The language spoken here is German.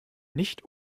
nicht